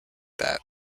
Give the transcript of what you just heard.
that